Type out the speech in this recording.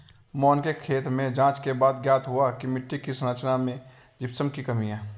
मोहन के खेत में जांच के बाद ज्ञात हुआ की मिट्टी की संरचना में जिप्सम की कमी है